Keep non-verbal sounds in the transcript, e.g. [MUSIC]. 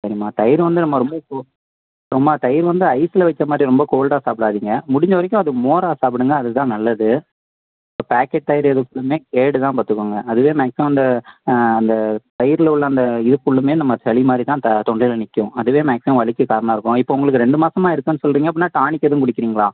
சரிம்மா தயிர் வந்து நம்ம ரொம்ப அம்மா தயிர் வந்து ஐஸில் வெச்ச மாதிரி ரொம்ப கோல்டாக சாப்பிடாதீங்க முடிஞ்சவரைக்கும் அது மோராக சாப்பிடுங்க அதுதான் நல்லது இப்போ பாக்கெட் தயிர் எதுவும் [UNINTELLIGIBLE] கேடு தான் பார்த்துக்கோங்க அது நெக்ஸ்ட் வந்து அந்த தயிரில் உள்ள அந்த இது ஃபுல்லும் நம்ம சளி மாதிரிதான் தொண்டையில் நிற்கும் அதுவே மேக்ஸிமம் வலிக்கு காரணமாக இருக்கும் ஆனால் இப்போ உங்களுக்கு ரெண்டு மாசமாக இருக்குதுன்னு சொல்கிறீங்க அப்படின்னா டானிக் எதுவும் குடிக்கிறீங்களா